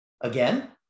again